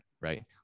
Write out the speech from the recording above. right